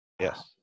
Yes